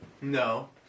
No